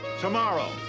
tomorrow